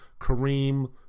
Kareem